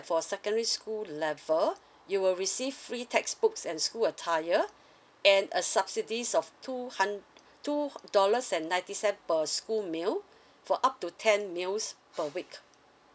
for secondary school level so you will receive free textbooks and school attire and a subsidies of two hund~ two dollars and ninety cents per school meal for up to ten meals per week